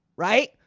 Right